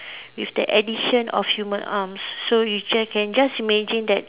with the addition of human arms so you just can just imagine that